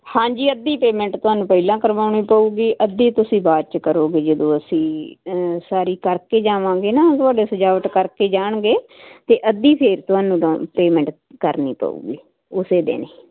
ਹਾਂਜੀ ਅੱਧੀ ਪੇਮੈਂਟ ਤੁਹਾਨੂੰ ਪਹਿਲਾਂ ਕਰਵਾਉਣੀ ਪਊਗੀ ਅੱਧੀ ਤੁਸੀਂ ਬਾਅਦ ਚ ਕਰੋਗੇ ਜਦੋਂ ਅਸੀਂ ਸਾਰੀ ਕਰਕੇ ਜਾਵਾਂਗੇ ਨਾ ਤੁਹਾਡੇ ਸਜਾਵਟ ਕਰਕੇ ਜਾਣਗੇ ਤੇ ਅੱਧੀ ਫੇਰ ਤੁਹਾਨੂੰ ਪੇਮੈਂਟ ਕਰਨੀ ਪਊਗੀ ਉਸੇ ਦਿਨ ਹੀ